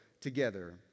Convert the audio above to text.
together